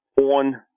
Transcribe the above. on